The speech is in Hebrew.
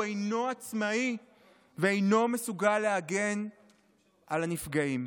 הוא אינו עצמאי ואינו מסוגל להגן על הנפגעים.